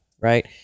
right